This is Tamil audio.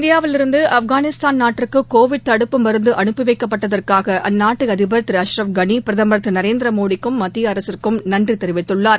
இந்தியாவிலிருந்து ஆப்காளிஸ்தான் நாட்டிற்கு கோவிட் தடுப்பு மருந்து அனுப்பிவைக்கப்பட்டதற்காக அந்நாட்டு அதிபர் திரு அஷ்ரப் களி பிரதமர் திரு நரேந்திர மோடிக்கும் மத்திய அரசுக்கும் நன்றி தெரிவித்துள்ளார்